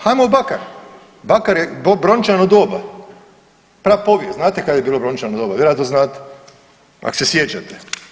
Hajmo u Bakar, Bakar je brončano doba, prapovijest, znate kad je bilo brončano doba, vjerojatno znate ak se sjećate.